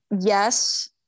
yes